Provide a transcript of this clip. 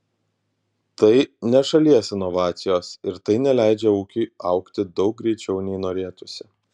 tai ne šalies inovacijos ir tai neleidžia ūkiui augti daug greičiau nei norėtųsi